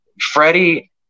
Freddie